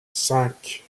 cinq